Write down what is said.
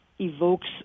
evokes